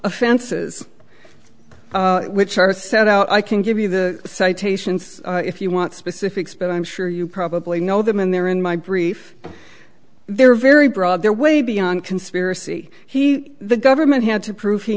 offenses which are set out i can give you the citations if you want specifics but i'm sure you probably know them and they're in my brief they're very broad they're way beyond conspiracy he the government had to prove he